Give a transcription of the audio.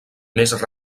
més